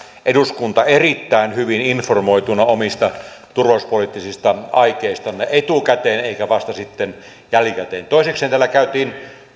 eduskunta erittäin hyvin informoituna omista turvallisuuspoliittisista aikeistanne etukäteen eikä vasta sitten jälkikäteen toisekseen täällä käytiin